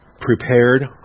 prepared